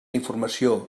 informació